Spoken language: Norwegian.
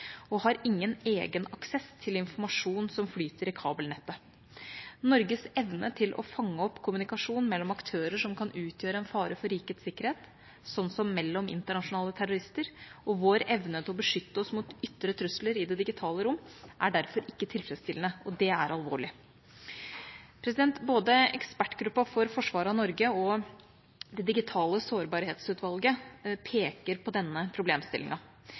og har ingen egen aksess til informasjon som flyter i kabelnettet. Norges evne til å fange opp kommunikasjon mellom aktører som kan utgjøre en fare for rikets sikkerhet, slik som mellom internasjonale terrorister, og vår evne til å beskytte oss mot ytre trusler i det digitale rom, er derfor ikke tilfredsstillende, og det er alvorlig. Både Ekspertgruppen for forsvaret av Norge og det digitale sårbarhetsutvalget peker på denne